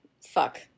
Fuck